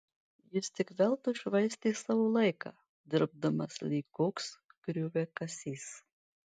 jis tik veltui švaistė savo laiką dirbdamas lyg koks grioviakasys